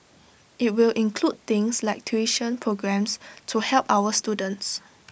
IT will include things like tuition programmes to help our students